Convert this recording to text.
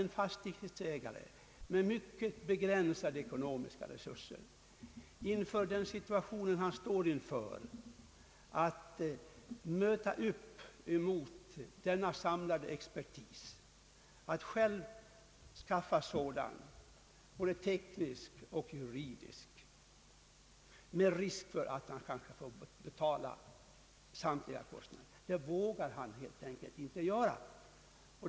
En fastighetsägare med mycket begränsade ekonomiska resurser, som befinner sig i den situationen att han skall möta upp mot denna samlade expertis, vågar helt enkelt inte själv anlita experter som hjälper honom, både tekniska och juridiska, med risk att han kanske får betala samtliga kostnader själv.